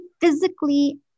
physically